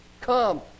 Come